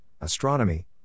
astronomy